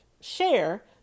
share